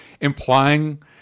implying